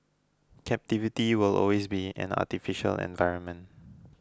captivity will always be an artificial environment